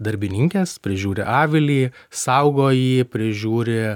darbininkės prižiūri avilį saugo jį prižiūri